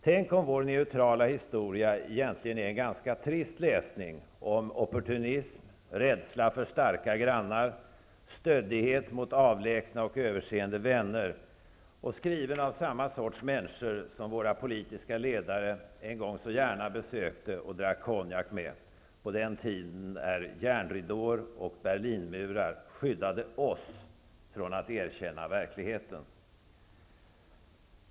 Tänk om vår historia med vår neutralitet är en egentligen ganska trist läsning om opportunism, rädsla för starka grannar, stöddighet mot avlägsna och överseende vänner, skriven av samma sorts människor som våra politiska ledare en gång så gärna besökte och drack konjak med, på den tiden då järnridån och Berlinmuren skyddade oss från att erkänna verkligheten.